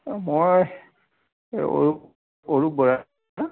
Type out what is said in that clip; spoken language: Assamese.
মই এই অৰূপ অৰূপ বৰা